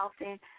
often